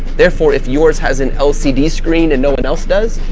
therefore if yours has an lcd screen and no one else does,